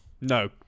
no